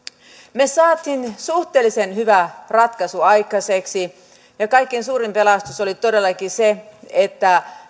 me saimme suhteellisen hyvän ratkaisun aikaiseksi ja kaikkein suurin pelastus oli todellakin se että